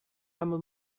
kamu